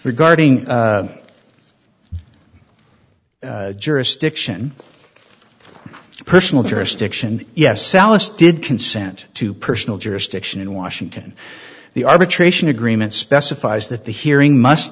regarding jurisdiction personal jurisdiction yes sallust did consent to personal jurisdiction in washington the arbitration agreement specifies that the hearing must